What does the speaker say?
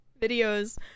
videos